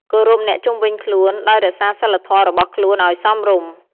គោរពអ្នកជុំវិញខ្លួន ដោយរក្សាសីលធម៌របស់ខ្លួន ឲ្យសមរម្យ។